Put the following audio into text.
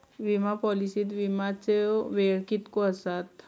विमा पॉलिसीत विमाचो वेळ कीतको आसता?